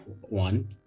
one